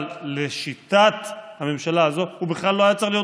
אבל לשיטת הממשלה הזו הוא בכלל לא היה צריך להיות